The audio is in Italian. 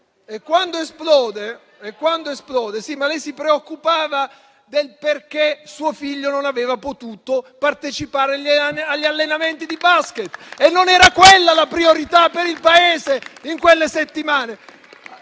Sì, ma lei si preoccupava del fatto che suo figlio non abbia potuto partecipare agli allenamenti di *basket* e non era quella la priorità per il Paese in quelle settimane.